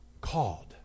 called